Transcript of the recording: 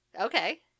okay